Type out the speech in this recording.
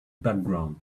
background